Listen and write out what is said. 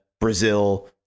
Brazil